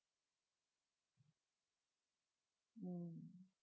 mm